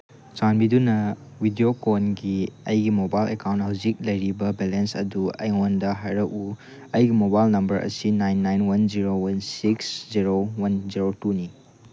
ꯆꯥꯟꯕꯤꯗꯨꯅ ꯕꯤꯗꯤꯑꯣꯀꯣꯟꯒꯤ ꯑꯩꯒꯤ ꯃꯣꯕꯥꯏꯜ ꯑꯦꯀꯥꯎꯟ ꯍꯧꯖꯤꯛ ꯂꯩꯔꯤꯕ ꯕꯦꯂꯦꯟꯁ ꯑꯗꯨ ꯑꯩꯉꯣꯟꯗ ꯍꯥꯏꯔꯛꯎ ꯑꯩꯒꯤ ꯃꯣꯕꯥꯏꯜ ꯅꯝꯕꯔ ꯑꯁꯤ nine nine one zero one six zero one zero ꯇꯨꯅꯤ